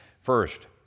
First